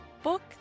Book